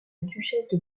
duchesse